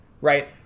right